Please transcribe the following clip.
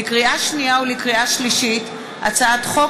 לקריאה שנייה ולקריאה שלישית: הצעת חוק